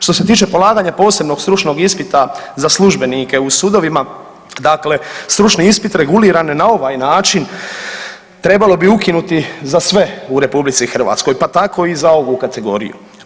Što se tiče polaganja posebnog stručnog ispita za službenike u sudovima, dakle stručni ispit reguliran na ovaj način trebalo bi ukinuti za sve u RH pa tako i za ovu kategoriju.